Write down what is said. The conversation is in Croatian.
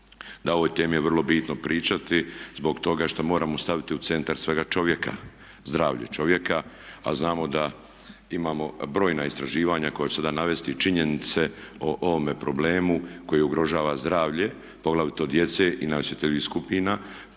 da o ovoj temi je vrlo bitno pričati zbog toga što moramo staviti u centar svega čovjeka, zdravlje čovjeka. A znamo da imamo brojna istraživanja koja ću sada navesti i činjenice o ovome problemu koji ugrožava zdravlje, poglavito djece a tako i